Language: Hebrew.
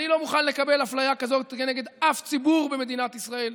אני לא מוכן לקבל אפליה כזאת כנגד אף ציבור במדינת ישראל,